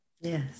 Yes